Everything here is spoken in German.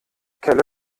kelle